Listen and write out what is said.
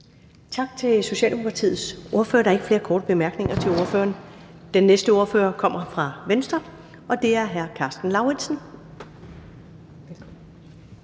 Tak til den socialdemokratiske ordfører. Der er ingen korte bemærkninger til ordføreren. Den næste ordfører kommer fra Venstre, og det er hr. Jacob Jensen.